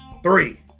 Three